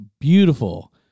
beautiful